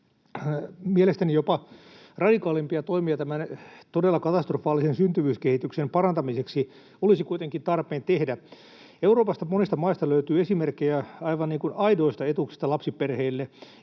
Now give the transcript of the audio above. Mielestäni jopa radikaalimpia toimia tämän todella katastrofaalisen syntyvyyskehityksen parantamiseksi olisi kuitenkin tarpeen tehdä. Euroopasta monista maista löytyy esimerkkejä aidoista etuuksista lapsiperheille,